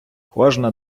кожна